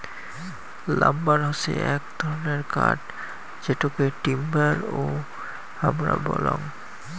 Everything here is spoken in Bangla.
লাম্বার হসে এক ধরণের কাঠ যেটোকে টিম্বার ও হামরা বলাঙ্গ